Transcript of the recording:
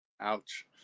Ouch